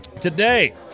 Today